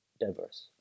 diverse